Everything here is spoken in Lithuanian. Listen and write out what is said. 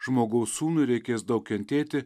žmogaus sūnui reikės daug kentėti